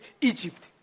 Egypt